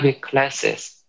classes